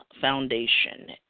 Foundation